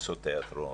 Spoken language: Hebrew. קבוצות תיאטרון.